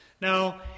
now